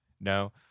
No